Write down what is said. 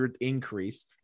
increase